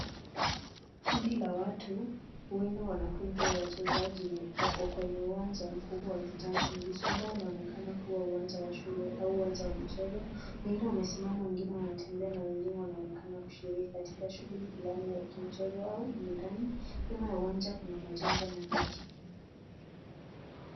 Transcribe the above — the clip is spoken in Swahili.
Kundi la watu huenda wanafunzi au wachezaji wako kwenye uwanja mkubwa wa kijani kibichi ambao unaoonekana kuwa uwanja wa shule au uwanja wa michezo. Wengine wamesimama, wengine wanatembea na wengine wanaonekana kushiriki katika shughuli fulani ya kimchezo au burudani. Nyuma ya uwanja kuna majengo na miti.